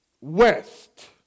west